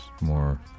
more